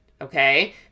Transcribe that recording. okay